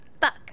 fuck